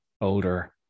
older